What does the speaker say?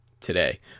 today